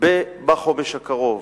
בחומש הקרוב,